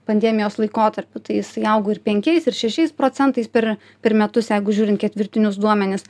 pandemijos laikotarpiu tai jisai augo ir penkiais ir šešiais procentais per per metus jeigu žiūrint ketvirtinius duomenis